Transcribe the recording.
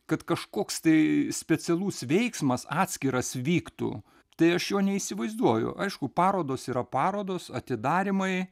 kad kažkoks tai specialus veiksmas atskiras vyktų tai aš jo neįsivaizduoju aišku parodos yra parodos atidarymai